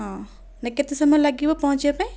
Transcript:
ହଁ ନାଇଁ କେତେ ସମୟ ଲାଗିବ ପହଞ୍ଚିବା ପାଇଁ